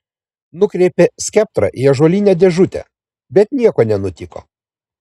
nukreipė skeptrą į ąžuolinę dėžutę bet nieko nenutiko